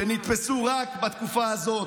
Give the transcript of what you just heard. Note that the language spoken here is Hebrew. שנתפסו רק בתקופה הזאת,